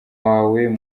wawe